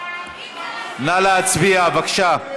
נא להצביע, בבקשה.